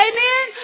Amen